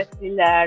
sila